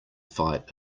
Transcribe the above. fight